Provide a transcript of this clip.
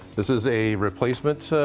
this is a replacement